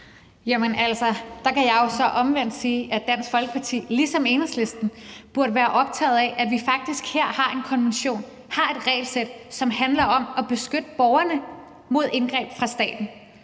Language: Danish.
Lund (EL): Så kan jeg jo så omvendt sige, at Dansk Folkeparti ligesom Enhedslisten burde være optaget af, at vi faktisk her har en konvention, har et regelsæt, som handler om at beskytte borgerne mod indgreb fra staten,